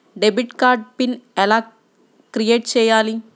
Debit card pin ఎలా create చెయ్యాలి?